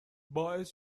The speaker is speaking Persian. باعث